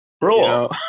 bro